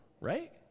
right